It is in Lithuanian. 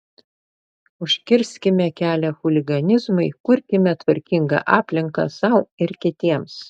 užkirskime kelią chuliganizmui kurkime tvarkingą aplinką sau ir kitiems